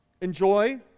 enjoy